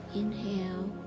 inhale